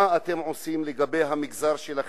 מה אתם עושים לגבי המגזר שלכם,